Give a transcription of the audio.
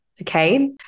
Okay